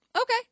Okay